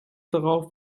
darauf